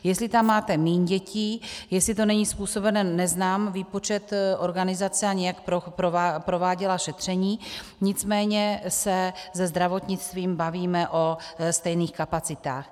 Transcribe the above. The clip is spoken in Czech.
Jestli tam máte míň dětí, jestli to není způsobeno, neznám výpočet organizace, ani jak prováděla šetření, nicméně se se zdravotnictvím bavíme o stejných kapacitách.